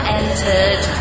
entered